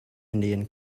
indian